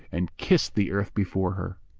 and kissed the earth before her.